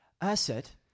asset